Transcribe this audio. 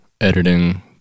editing